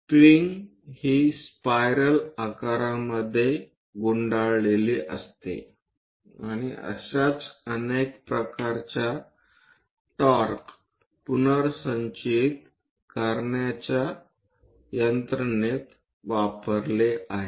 spring हि spiral आकारामध्ये गुंडाळलेली असते आणि अशाच अनेक प्रकारच्या टॉर्क पुनर्संचयित करण्याचा यंत्रणेत वापरले आहे